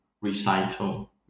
recital